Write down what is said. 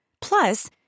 Plus